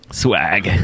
swag